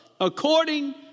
according